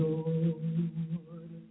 Lord